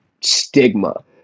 stigma